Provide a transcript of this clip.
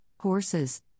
horses